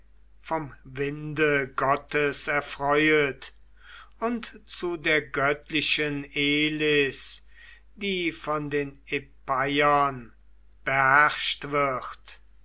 vom winde gottes erfreuet und zu der göttlichen elis die von den epeiern beherrscht wird